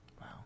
Wow